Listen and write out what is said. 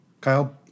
Kyle